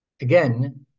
again